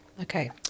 Okay